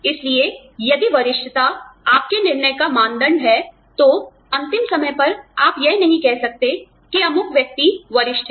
इसलिए यदि वरिष्ठता आपके निर्णय का मानदंड है तो अंतिम समय पर आप यह नहीं कह सकते कि अमुक व्यक्ति वरिष्ठ है